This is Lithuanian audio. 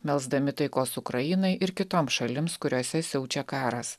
melsdami taikos ukrainai ir kitoms šalims kuriose siaučia karas